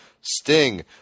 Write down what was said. Sting